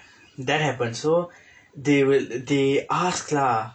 that happened so they will they ask lah